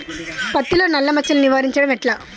పత్తిలో నల్లా మచ్చలను నివారించడం ఎట్లా?